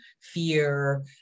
fear